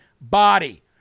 body